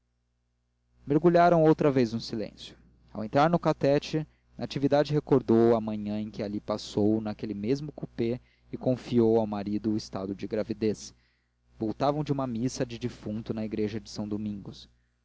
mergulharam outra vez no silêncio ao entrar no catete natividade recordou a manhã em que ali passou naquele mesmo coupé e confiou ao marido o estado de gravidez voltavam de uma missa de defunto na igreja de são domingos